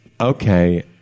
okay